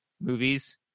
movies